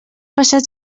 passat